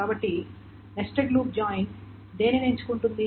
కాబట్టి nested loop join దేనిని ఎంచుకుంటుంది